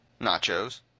Nachos